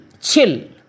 chill